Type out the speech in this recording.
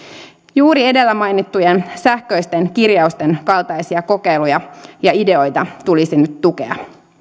juuri edellä mainittujen sähköisten kirjausten kaltaisia kokeiluja ja ideoita tulisi nyt tukea